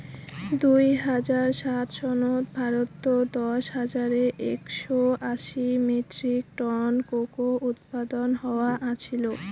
দুই হাজার সাত সনত ভারতত দশ হাজার একশও আশি মেট্রিক টন কোকো উৎপাদন হয়া আছিল